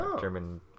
German